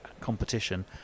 competition